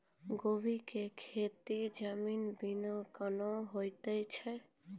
गोभी की खेती जैविक विधि केना हुए छ?